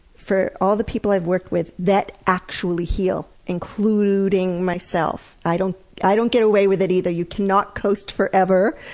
for all the people i've worked with that actually heal, including myself i don't i don't get away with it either, you cannot coast forever!